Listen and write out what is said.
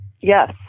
Yes